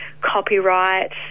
copyright